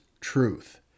truth